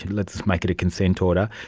let's make it a consent order,